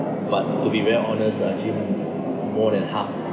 but to be very honest ah actually more than half